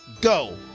Go